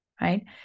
right